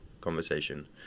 conversation